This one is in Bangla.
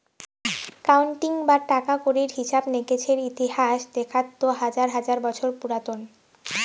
একাউন্টিং বা টাকা কড়ির হিছাব নিকেসের ইতিহাস দেখাত তো হাজার হাজার বছর পুরাতন